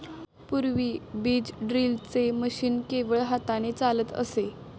पूर्वी बीज ड्रिलचे मशीन केवळ हाताने चालत असे